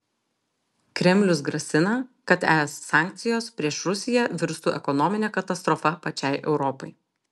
kremlius grasina kad es sankcijos prieš rusiją virstų ekonomine katastrofa pačiai europai